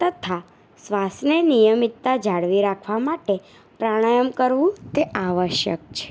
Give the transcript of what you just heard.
તથા શ્વાસને નિયમિતતા જાળવી રાખવા માટે પ્રાણાયમ કરવું તે આવશ્યક છે